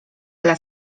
dla